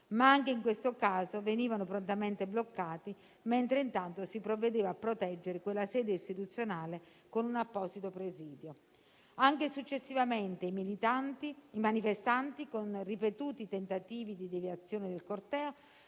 Anche in questo caso, però, venivano prontamente bloccati, mentre intanto si provvedeva a proteggere quella sede istituzionale con un apposito presidio. Anche successivamente, i manifestanti, con ripetuti tentativi di deviazione del corteo,